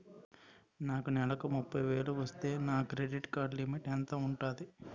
నాకు నెలకు ముప్పై వేలు వస్తే నా క్రెడిట్ కార్డ్ లిమిట్ ఎంత ఉంటాది?